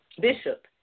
bishop